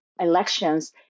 elections